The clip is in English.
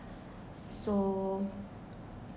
so